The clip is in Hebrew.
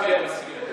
כן, מסכימים לכלכלה.